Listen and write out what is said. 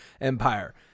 Empire